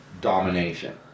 domination